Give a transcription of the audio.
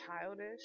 childish